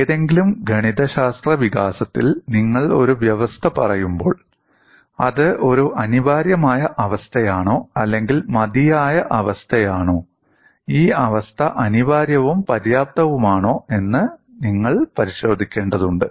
ഏതെങ്കിലും ഗണിതശാസ്ത്ര വികാസത്തിൽ നിങ്ങൾ ഒരു വ്യവസ്ഥ പറയുമ്പോൾ അത് ഒരു അനിവാര്യമായ അവസ്ഥയാണോ അല്ലെങ്കിൽ മതിയായ അവസ്ഥയാണോ ഈ അവസ്ഥ അനിവാര്യവും പര്യാപ്തവുമാണോ എന്ന് നിങ്ങൾ പരിശോധിക്കേണ്ടതുണ്ട്